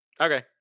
Okay